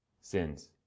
Sins